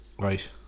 right